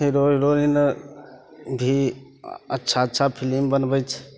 hero heroine भी अच्छा अच्छा फिलिम बनबै छै